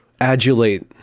adulate